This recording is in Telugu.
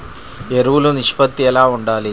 ఎరువులు నిష్పత్తి ఎలా ఉండాలి?